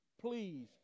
please